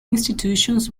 institutions